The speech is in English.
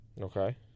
okay